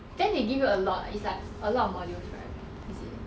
then they give you a lot it's like a lot of modules right is it